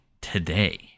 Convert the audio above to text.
today